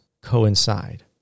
coincide